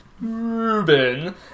Ruben